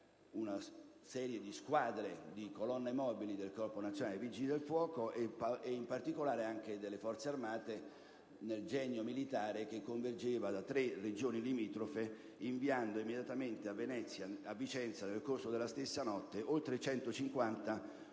una serie di squadre, di colonne mobili del Corpo nazionale dei Vigili del fuoco, e in particolare anche delle Forze armate, con il Genio militare, che convergeva da tre Regioni limitrofe, inviando immediatamente a Vicenza, nel corso alla stessa notte, oltre 150 unità